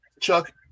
Chuck